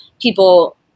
people